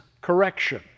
correction